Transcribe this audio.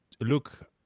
look